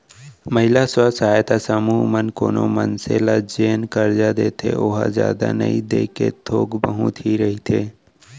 महिला स्व सहायता समूह मन ह कोनो मनसे ल जेन करजा देथे ओहा जादा नइ देके थोक बहुत ही रहिथे